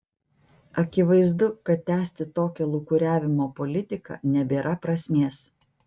akivaizdu kad tęsti tokią lūkuriavimo politiką nebėra prasmės